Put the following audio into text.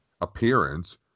appearance